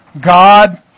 God